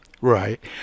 Right